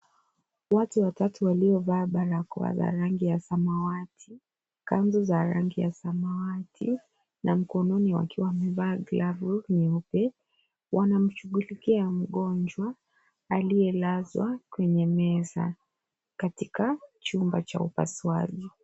Watu watatu waliovaa barakoa ya rangi ya samawati, kanzu za rangi ya samawati na mkononi wakiwa wamevaa glavu nyeupe. Wanamshughulikia mgonjwa aliyelazwa kwenye meza katika chumba cha upasuaji.